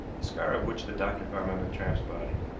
the scar of which the doctor found on the tramp's body.